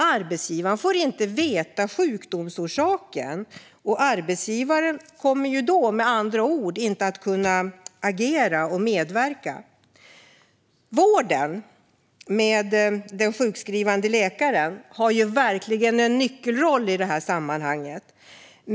Arbetsgivaren får inte veta sjukdomsorsaken och kommer med andra ord inte att kunna agera och medverka. Vården, med den sjukskrivande läkaren, har verkligen en nyckelroll i detta sammanhang.